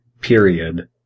period